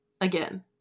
again